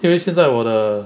因为现在我的